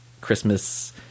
Christmas